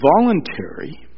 voluntary